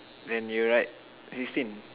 then you write sixteen